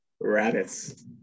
Rabbits